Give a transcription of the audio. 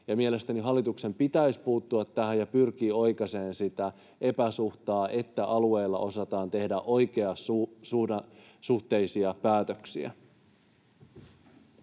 Mielestäni hallituksen pitäisi puuttua tähän ja pyrkiä oikaisemaan sitä epäsuhtaa, niin että alueilla osataan tehdä oikeasuhtaisia päätöksiä.